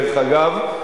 דרך אגב,